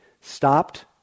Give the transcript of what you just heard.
stopped